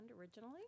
originally